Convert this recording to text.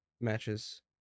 matches